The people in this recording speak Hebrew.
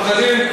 חברים,